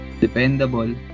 dependable